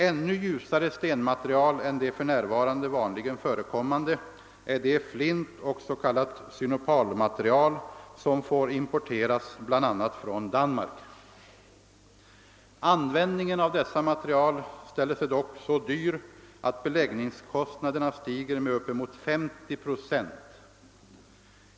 Ännu ljusare stenmaterial än de för närvarande vanligen förekommande är de flintoch s.k. synopalmaterial som får importeras bl.a. från Danmark. Användningen av dessa material ställer sig dock så dyr att beläggningskostnaderna stiger med uppemot 50 procent.